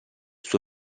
suo